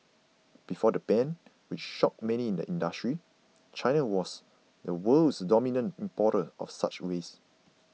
before the ban which shocked many in the industry China was the world's dominant importer of such waste